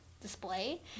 display